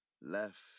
left